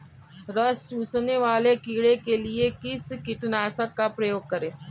रस चूसने वाले कीड़े के लिए किस कीटनाशक का प्रयोग करें?